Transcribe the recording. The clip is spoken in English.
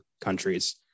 countries